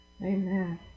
Amen